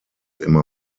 immer